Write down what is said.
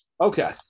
Okay